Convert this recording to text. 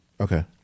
Okay